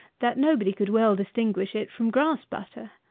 that nobody could well distinguish it from grass-butter.